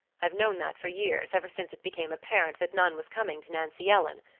i've known that for years, ever since it became apparent that none was coming to nancy ellen.